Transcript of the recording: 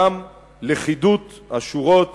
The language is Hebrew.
גם לכידות השורות